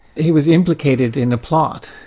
he was implicated in a plot,